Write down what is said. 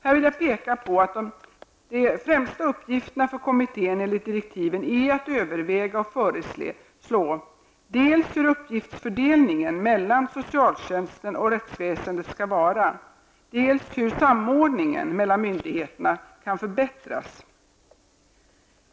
Här vill jag peka på att de främsta uppgifterna för kommittén enligt direktiven är att överväga och föreslå dels hur uppgiftsfördelningen mellan socialtjänsten och rättsväsendet skall vara, dels hur samordningen mellan myndigheterna kan förbättras.